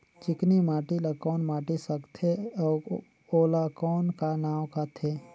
चिकनी माटी ला कौन माटी सकथे अउ ओला कौन का नाव काथे?